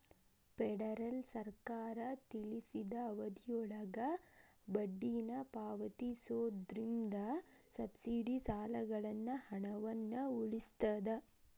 federal ಸರ್ಕಾರ ತಿಳಿಸಿದ ಅವಧಿಯೊಳಗ ಬಡ್ಡಿನ ಪಾವತಿಸೋದ್ರಿಂದ ಸಬ್ಸಿಡಿ ಸಾಲಗಳ ಹಣವನ್ನ ಉಳಿಸ್ತದ